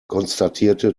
konstatierte